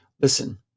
Listen